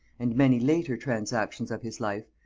and many later transactions of his life,